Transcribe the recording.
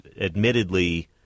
admittedly